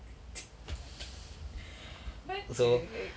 what the heck